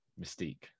Mystique